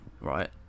right